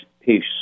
peace